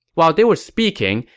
while they were speaking,